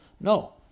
No